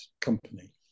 company